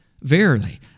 Verily